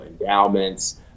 endowments